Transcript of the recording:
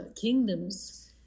kingdoms